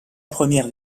première